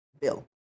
bill